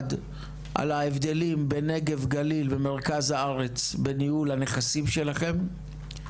אחד על ההבדלים בין נגב גליל ומרכז הארץ בניהול הנכסים שלכם,